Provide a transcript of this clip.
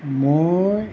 মই